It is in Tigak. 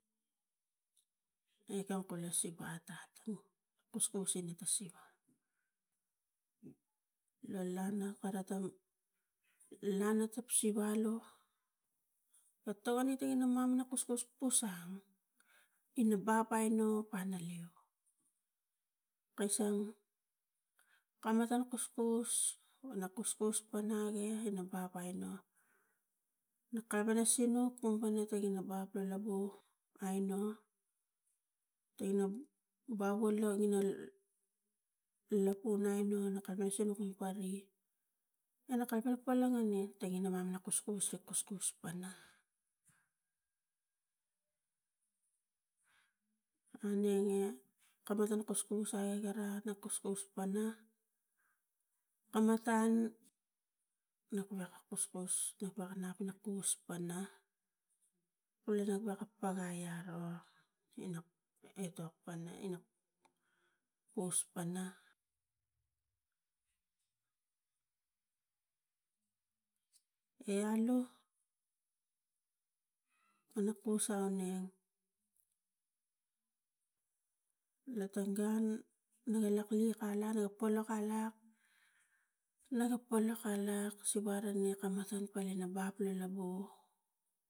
A igau kola siva atat u kuskus ina ta siva, lo lana kara tang lo lana tap siva alo ga togo niting ina mamanomot kuskus pusang ina bap paino pana leu kasang, kam matan kuskus po na kuskus pana ge ina bap pai no, no kalapang ina sinuk u paniting ina bap po labu aino tangina baplo lak ina lapu aino na kamansang kumpari e na kalapang na palang ai ne e tangina mamana kuskus e kuskus pana. Aunenge kam matan kuskus ai e gira na kuskus pana kam matan nuk wek a kuskus nuk paka nap ina kus pana kuluna ga pagai iaro ina etok pana ina kus pana, e alu pana kus auneng lo tang gun nagi lak liak aleng nuk polok alak ne ga polok alak siva ara ngiek ka matan bap lo labu.